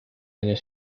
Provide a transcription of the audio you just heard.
año